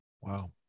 Wow